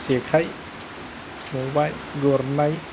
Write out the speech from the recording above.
जेखाय खबाय गुरनाय